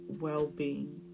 well-being